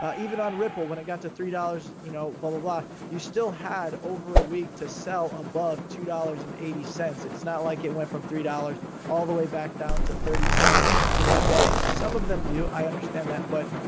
ah even on ripple when it got to three dollars. you know but ah you still had over a week to sell above two dollars and eighty cents, it's not like it went from three dollars all the way back down to thirty cents in a day. some of them do, i understand that. but